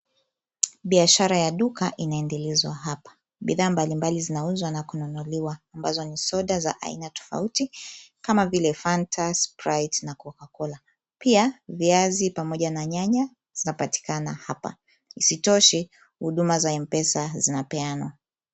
Biashara ya duka inaendelezwa hapa. Bidhaa mbalimbali zinauzwa na kununuliwa ambazo ni soda za aina tofauti kama vile fanta, sprite na cocacola .Pia viazi pamoja na nyanya zapatikana hapa. Isitoshe huduma za mpesa zinapeanwa.